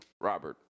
Robert